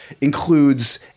includes